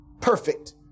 Perfect